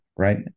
right